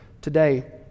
today